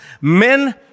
Men